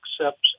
accepts